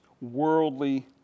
worldly